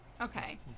Okay